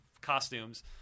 costumes